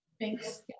Thanks